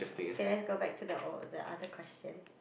okay let's go back to the other question